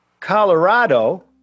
Colorado